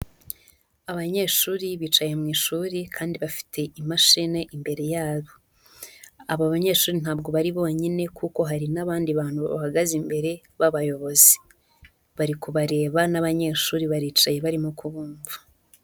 Abanyeshuri bicaye mu ishuri kandi bafite imashini imbere yabo, aba banyeshuri ntabwo bari bonyine kuko hari n'abandi bantu bahagaze imbere babayobozi, bari kubareba n'abanyeshuri baricaye barimo kubumva.